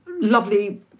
lovely